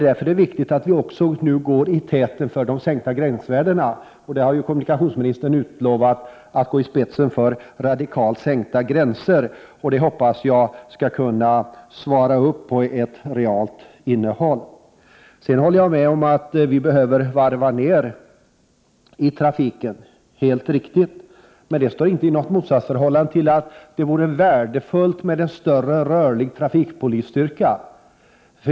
Därför är det viktigt att vi nu också går i täten för att sänka promillegränserna. Kommunikationsministern har ju lovat att gå i spetsen för radikalt sänkta gränser, vilket jag hoppas skall kunna genomföras. Jag håller med om att vi behöver varva ned i trafiken. Det är helt riktigt. Men detta står inte i något motsatsförhållande till att det vore värdefullt med en större rörlig trafikpolisstyrka.